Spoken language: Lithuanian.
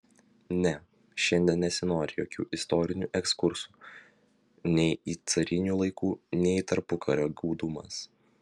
ne šiandien nesinori jokių istorinių ekskursų nei į carinių laikų nei į tarpukario gūdumas